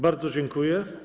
Bardzo dziękuję.